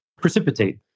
precipitate